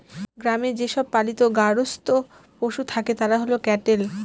গ্রামে যে সব পালিত গার্হস্থ্য পশু থাকে তারা হল ক্যাটেল